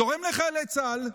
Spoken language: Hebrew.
תורם לחיילי צה"ל,